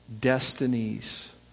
destinies